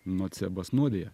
nocebas nuodija